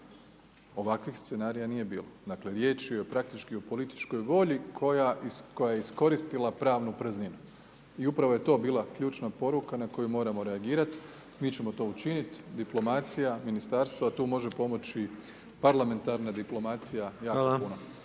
ovakvih scenarija nije bilo. Dakle riječ je praktički o političkoj volji koja je iskoristila pravnu prazninu i upravo je to bila ključna poruka na koju moramo reagirati. Mi ćemo to učiniti, diplomacija, ministarstvo a tu može pomoći parlamentarna diplomacija jako puno.